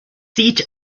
seat